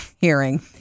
hearing